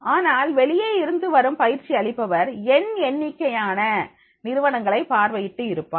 ஆனால் வெளியே இருந்து வரும் பயிற்சி அளிப்பவர் என் எண்ணிக்கையான நிறுவனங்களை பார்வையிட்டு இருப்பார்